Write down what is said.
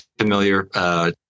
familiar